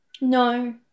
No